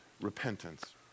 repentance